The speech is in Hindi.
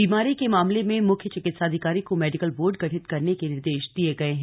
बीमारी के मामले में मुख्य चिकित्साधिकारी को मेडिकल बोर्ड गठित करने के निर्देश दिए गये हैं